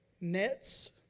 nets